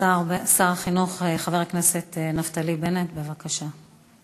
שר החינוך חבר הכנסת נפתלי בנט, בבקשה.